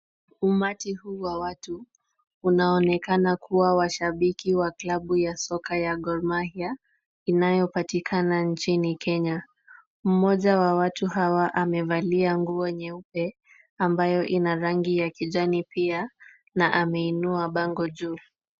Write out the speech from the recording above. Umati huu wa watu, unaonekana kuwa washabiki wa klabu ya soka ya Gor mahia, inayopatikana nchini Kenya. Mmoja wa watu hawa, amevalia nguo nyeupe ambayo ina rangi ya kijani pia na ameinua bango juu.